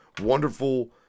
wonderful